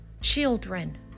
children